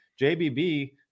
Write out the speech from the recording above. JBB